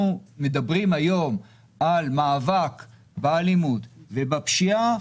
מדברים היום על מאבק באלימות ובפשיעה,